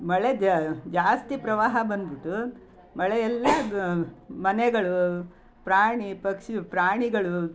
ಮಳೆ ಜಾಸ್ತಿ ಪ್ರವಾಹ ಬಂದುಬಿಟ್ಟು ಮಳೆಯೆಲ್ಲ ಮನೆಗಳು ಪ್ರಾಣಿ ಪಕ್ಷಿ ಪ್ರಾಣಿಗಳು